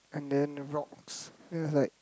and then the rocks it's like